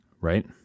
Right